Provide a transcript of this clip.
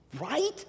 Right